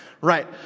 right